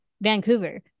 Vancouver